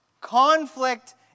Conflict